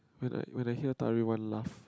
when I when I hear laugh